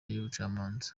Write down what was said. y’ubucamanza